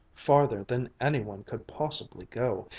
farther than any one could possibly go,